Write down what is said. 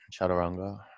Chaturanga